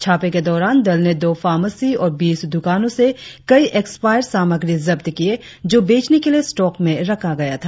छापे के दौरान दल ने दो फार्मासी और बीस द्रकानो से कई एक्सपाइर सामग्री जब्त किये जों बेचने के लिए स्टॉक में रखा गया था